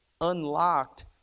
unlocked